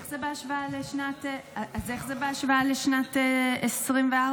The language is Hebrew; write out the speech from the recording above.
אז איך זה בהשוואה לשנת 2024?